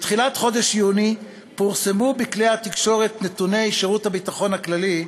בתחילת חודש יוני פורסמו בכלי התקשורת נתוני שירות הביטחון הכללי,